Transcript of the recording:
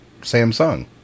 Samsung